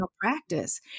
practice